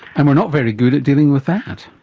and we are not very good at dealing with that.